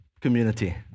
community